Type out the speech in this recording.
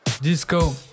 Disco